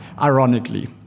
ironically